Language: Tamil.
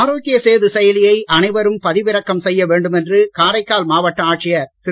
ஆரோக்யசேது செயலியை அனைவரும் பதிவிறக்கம் செய்ய வேண்டும் என்று காரைக்கால் மாவட்ட ஆட்சியர் திரு